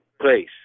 place